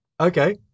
Okay